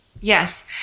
Yes